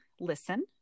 Listen